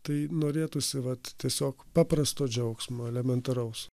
tai norėtųsi vat tiesiog paprasto džiaugsmo elementaraus